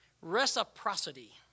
reciprocity